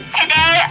today